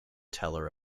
teller